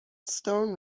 stone